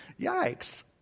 Yikes